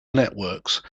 networks